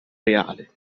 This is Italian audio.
reale